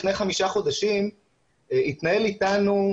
לפני חמישה חודשים התנהל עם השלטון המקומי